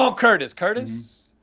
ah curtis, curtis,